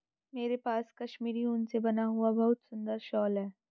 मेरे पास कश्मीरी ऊन से बना हुआ बहुत सुंदर शॉल है